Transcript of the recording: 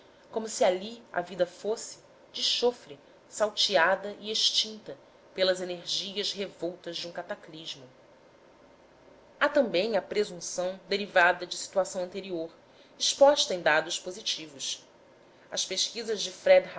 como se ali a vida fosse de chofre salteada e extinta pelas energias revoltas de um cataclismo há também a presunção derivada de situação anterior exposta em dados positivos as pesquisas de